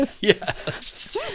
Yes